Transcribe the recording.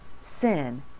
sin